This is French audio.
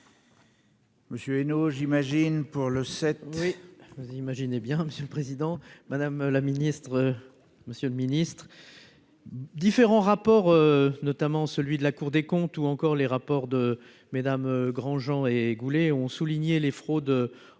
Monsieur nos j'imagine pour le sept oui, vous imaginez bien, monsieur le Président, Madame la Ministre, Monsieur le Ministre, différents rapports, notamment celui de la Cour des comptes ou encore les rapports de mesdames Granjean écoulé, ont souligné les fraudes en